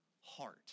heart